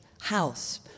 house